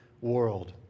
world